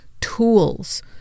tools